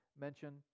mention